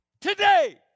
today